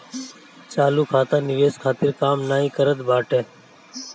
चालू खाता निवेश खातिर काम नाइ करत बाटे